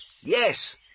Yes